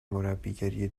مربیگری